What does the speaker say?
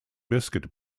biscuit